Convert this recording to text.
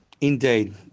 Indeed